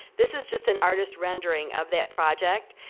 this is just an artist's rendering of that project.